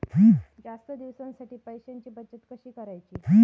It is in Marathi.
जास्त दिवसांसाठी पैशांची बचत कशी करायची?